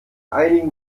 einigen